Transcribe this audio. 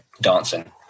dancing